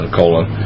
colon